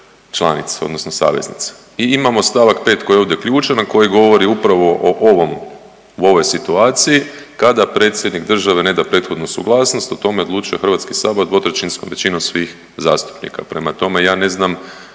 članice, odnosno saveznice. I imamo stavak 5. koji je ovdje ključan, a koji govori upravo o ovoj situaciji kada predsjednik države ne da prethodnu suglasnost o tome odlučuje Hrvatski sabor dvotrećinskom većinom svih zastupnika. Prema tome, ja ne znam